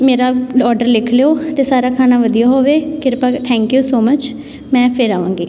ਮੇਰਾ ਔਡਰ ਲਿਖ ਲਿਓ ਅਤੇ ਸਾਰਾ ਖਾਣਾ ਵਧੀਆ ਹੋਵੇ ਕਿਰਪਾ ਥੈਂਕ ਯੂ ਸੋ ਮੱਚ ਮੈਂ ਫਿਰ ਆਵਾਂਗੀ